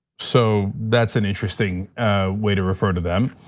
so, that's an interesting way to refer to them.